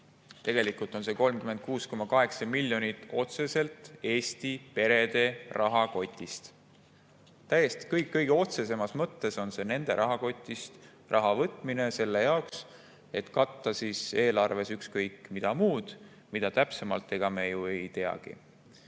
tegelikult on see 36,8 miljonit otseselt Eesti perede rahakotist. Täiesti kõige otsesemas mõttes on see nende rahakotist raha võtmine selle jaoks, et katta eelarves ükskõik mida – mida täpsemalt, ega me ju ei teagi.